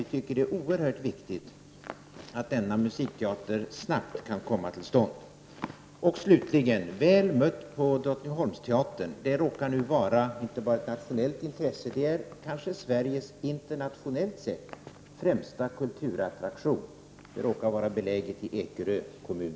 Vi menar att det är oerhört viktigt att denna musikteater snabbt kommer till stånd. Slutligen: Väl mött på Drottningholmsteatern! Den råkar vara inte bara ett nationellt intresse, utan det är kanske Sveriges internationellt sett främsta kulturattraktion. Och den råkar vara belägen i Ekerö kommun.